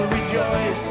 Rejoice